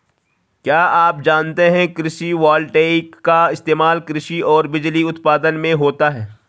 क्या आप जानते है कृषि वोल्टेइक का इस्तेमाल कृषि और बिजली उत्पादन में होता है?